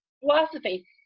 philosophy